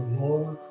more